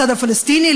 הצד הפלסטיני,